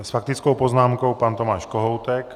S faktickou poznámkou pan Tomáš Kohoutek.